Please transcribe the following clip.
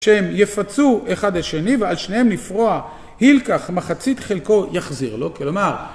שהם יפצו אחד את שני, ועל שניהם נפרוע ילקח, מחצית חלקו יחזיר לו, כלומר...